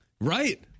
right